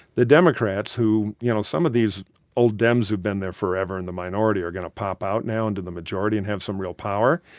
the democrats, who you know, some of these old dems who've been there forever in the minority are going to pop out now into the majority and have some real power.